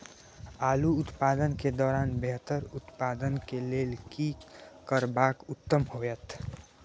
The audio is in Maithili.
आलू उत्पादन के दौरान बेहतर उत्पादन के लेल की करबाक उत्तम होयत?